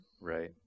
Right